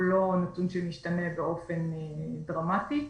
הוא לא נתון שמשתנה באופן דרמטי.